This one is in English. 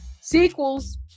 sequels